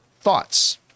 thoughts